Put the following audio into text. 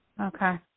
Okay